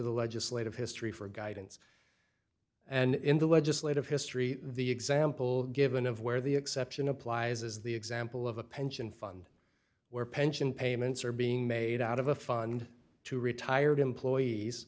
the legislative history for guidance and in the legislative history the example given of where the exception applies is the example of a pension fund where pension payments are being made out of a fund to retired employees